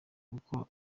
kuko